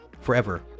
forever